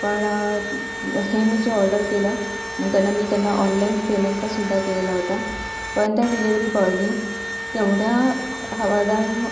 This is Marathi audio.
पण हे मी जे ऑर्डर केलं आणि त्यांना मी त्यांना ऑनलाईन पेमेंट पण सुद्धा केलेला होता पण त्या डिलेवरी बॉयनी तेवढ्या हवादान